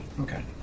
Okay